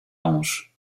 hanche